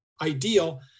ideal